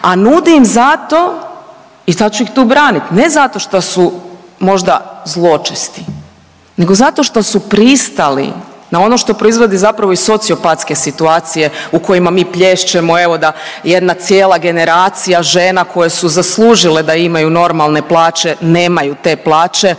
a nudi im zato i sad ću ih tu branit, ne zato što su možda zločesti nego zato što su pristali na ono što proizlazi zapravo iz sociopatske situacije u kojima mi plješćemo evo da jedna cijela generacija žena koje su zaslužile da imaju normalne plaće, nemaju te plaće.